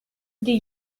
des